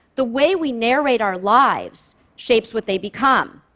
the way we narrate our lives shapes what they become.